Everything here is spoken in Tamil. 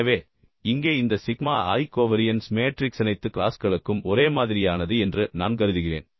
எனவே இங்கே இந்த சிக்மா i கோவரியன்ஸ் மேட்ரிக்ஸ் அனைத்து க்ளாஸ்களுக்கும் ஒரே மாதிரியானது என்று நான் கருதுகிறேன்